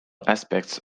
aspects